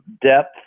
depth